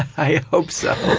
i hope so.